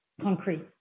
concrete